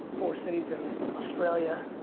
four cities in australia,